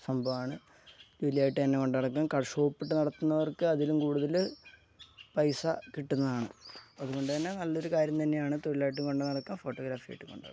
സംഭവമാണ് ജോലിയായിട്ട് തന്നെ കൊണ്ട് നടക്കാം ഷോപ്പിട്ട് നടത്തുന്നവർക്ക് അതിലും കൂടുതല് പൈസ കിട്ടുന്നതാണ് അതുകൊണ്ട് തന്നെ നല്ലൊരു കാര്യം തന്നെയാണ് തൊഴിലായിട്ടും കൊണ്ട് നടക്കാം ഫോട്ടോഗ്രാഫിയായിട്ടും കൊണ്ട് നടക്കാം